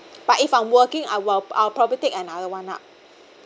but if I'm working I will I will probably take another one ah